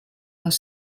les